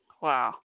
wow